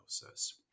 diagnosis